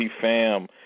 fam –